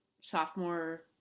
Sophomore